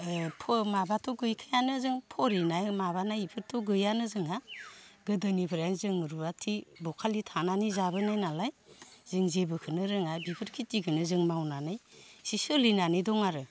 ओ माबाथ' गैखायानो जों फरिनाय माबानाय इफोरथ' गैयानो जोंहा गोदोनिफ्रायनो जों रुवाथि बखालि थानानै जाबोनाय नालाय जों जेबोखोनो रोङा बिफोर खिथिखौनो जों मावनानै एसे सोलिनानै दं आरो